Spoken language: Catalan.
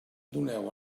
doneu